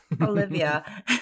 Olivia